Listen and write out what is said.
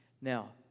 Now